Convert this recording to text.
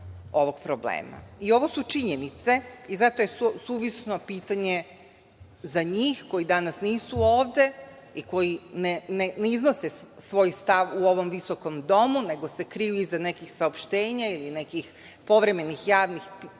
i ovo su činjenice i zato je suvislo pitanje za njih, koji danas nisu ovde i koji ne iznose svoj stav u ovom visokom domu, nego se kriju iza nekih saopštenja ili nekih povremenih javnih nastupa,